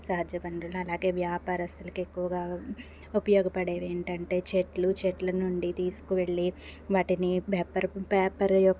సహజ వనరులు అలాగే వ్యాపారస్తులకు ఎక్కువగా ఉపయోగపడేవి ఏంటంటే చెట్లు చెట్ల నుండి తీసుకు వెళ్ళి వాటిని పెప్పర్ పేపర్ యొక్క